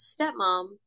stepmom